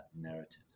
narratives